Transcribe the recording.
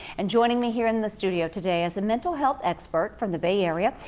and joining me here in the studio today is a mental health expert from the bay area,